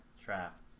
trapped